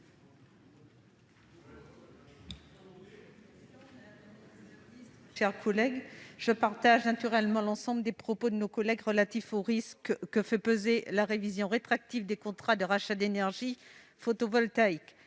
de vote. Je souscris naturellement à l'ensemble des propos de nos collègues sur les risques que fait peser la révision rétroactive des contrats de rachat d'énergie photovoltaïque.